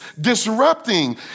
disrupting